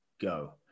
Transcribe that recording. go